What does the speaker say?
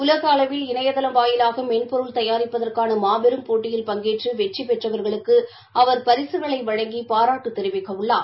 உலக அளவில் இணையதளம் வாயிலாக மென்பொருள் தயாரிப்பதற்கான மாபெரும் போட்டியில் பங்கேற்று வெற்றி பெற்றவர்களுக்கு அவர் பரிசுகளை வழங்கி பாராட்டு தெரிவிக்கவுள்ளார்